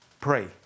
pray